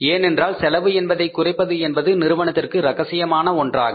ஏனென்றால் செலவு என்பதை குறைப்பது என்பது நிறுவனத்திற்கு ரகசியமான ஒன்றாகும்